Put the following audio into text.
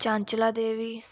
Chanchala Devi